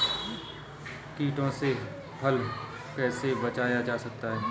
कीटों से फसल को कैसे बचाया जा सकता है?